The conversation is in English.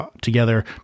together